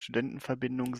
studentenverbindung